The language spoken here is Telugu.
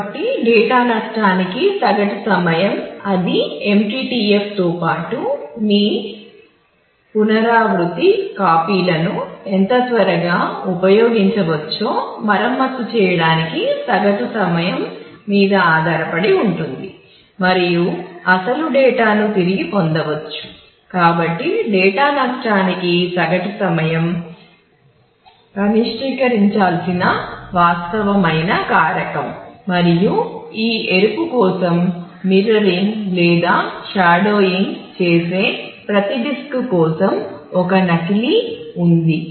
కాబట్టి డేటా ఉంటుంది